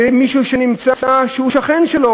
מישהו שהוא שכן שלו,